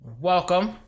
welcome